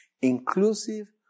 inclusive